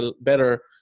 better